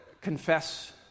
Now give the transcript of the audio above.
confess